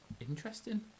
Interesting